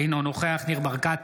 אינו נוכח ניר ברקת,